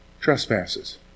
trespasses